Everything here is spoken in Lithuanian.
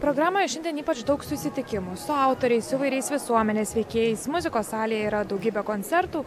programoje šiandien ypač daug susitikimų su autoriais įvairiais visuomenės veikėjais muzikos salėje yra daugybė koncertų